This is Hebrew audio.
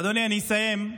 אדוני, אני אסיים.